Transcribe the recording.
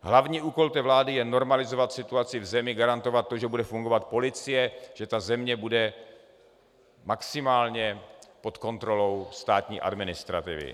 Hlavní úkol vlády je normalizovat situaci v zemi, garantovat to, že bude fungovat policie, že země bude maximálně pod kontrolou státní administrativy.